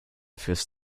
fürs